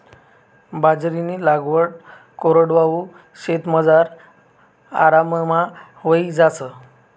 बाजरीनी लागवड कोरडवाहू शेतमझार आराममा व्हयी जास